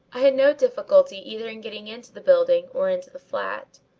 i had no difficulty either in getting into the building or into the flat.